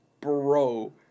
bro